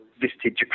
visited